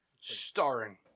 starring